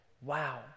Wow